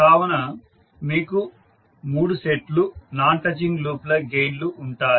కావున మీకు 3 సెట్లు నాన్ టచింగ్ లూప్ల గెయిన్లు ఉంటాయి